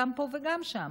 גם פה וגם שם,